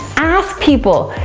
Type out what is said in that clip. ask people,